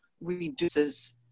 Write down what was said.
reduces